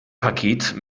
paket